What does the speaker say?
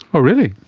oh really?